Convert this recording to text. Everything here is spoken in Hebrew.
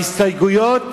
בהסתייגויות,